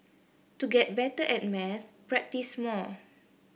to get better at maths practise more